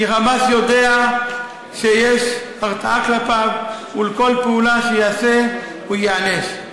כי "חמאס" יודע שיש הרתעה כלפיו ועל כל פעולה שיעשה הוא ייענש,